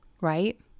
right